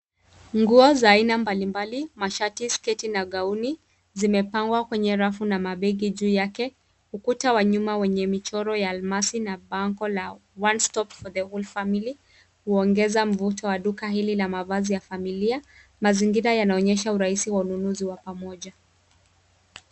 Nguo za aina mbalimbali, mashati, sketi na gauni zimepangwa kwenye rafu na mabegi juu yake. Ukuta wa nyuma wenye michoro ya almasi na bango la one stop for the whole family ,huongeza mvuto wa duka hili la mavazi ya familia. Mazingira yanaonyesha urahisi wa ununuzi wa pamoja.